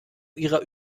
ihrer